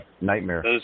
Nightmare